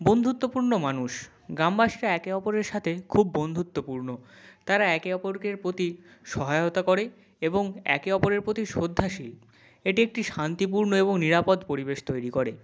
বন্ধুত্বপূর্ণ মানুষ গ্রামবাসীরা একে অপরের সাথে খুব বন্ধুত্বপূর্ণ তারা একে অপরকের প্রতি সহায়তা করে এবং একে অপরের পোতি শ্রদ্ধাশীল এটি একটি শান্তিপূর্ণ এবং নিরাপদ পরিবেশ তৈরি করে